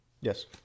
Yes